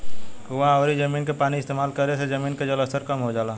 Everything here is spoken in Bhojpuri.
कुवां अउरी जमीन के पानी इस्तेमाल करे से जमीन के जलस्तर कम हो जाला